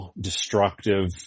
destructive